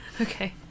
Okay